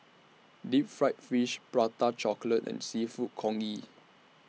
Deep Fried Fish Prata Chocolate and Seafood Congee